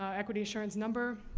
ah equity assurance number.